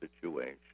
situation